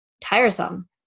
tiresome